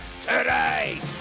today